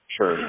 Sure